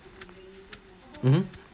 mmhmm